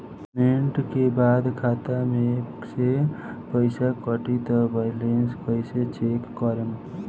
Payment के बाद खाता मे से पैसा कटी त बैलेंस कैसे चेक करेम?